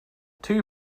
two